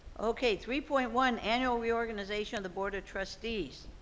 okay, three point one annual reorganization of the board of trustees.